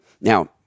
Now